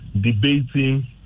debating